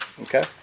Okay